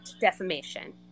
defamation